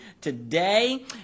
today